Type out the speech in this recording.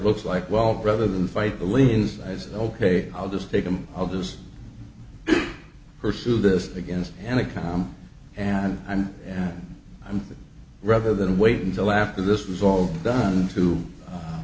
looks like well rather than fight the liens i said ok i'll just take them i'll just pursue this against and a calm and i'm i'm rather than wait until after this was all done to